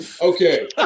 okay